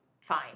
fine